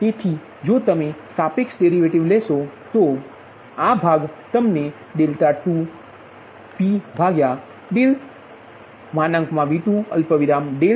તેથીજો તમે સાપેક્ષ ડેરિવેટિવ લેશો તો is P22p P23p